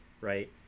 right